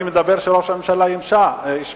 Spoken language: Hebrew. אני מדבר כדי שראש הממשלה ישמע,